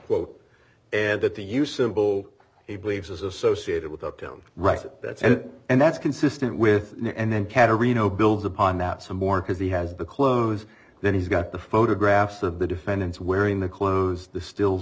quote and that the use symbol he believes is associated with up down right that's and and that's consistent with and then cata reno builds upon that some more because he has the clothes that he's got the photographs of the defendants wearing the clothes the stills